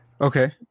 Okay